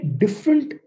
different